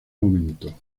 momento